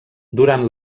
durant